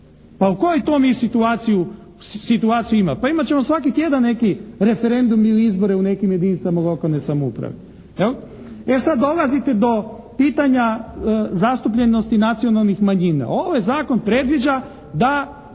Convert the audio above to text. Pa u koju mi to situaciju imamo? Pa imat ćemo svaki tjedan neki referendum ili izbore u nekim jedinicama lokalne samouprave, jel'. E sad dolazite do pitanja zastupljenosti nacionalnih manjina. Ovaj zakon predviđa da